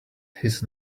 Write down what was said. his